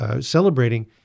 Celebrating